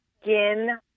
skin